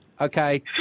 Okay